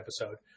episode